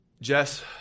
Jess